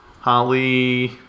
Holly